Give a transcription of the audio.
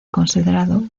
considerado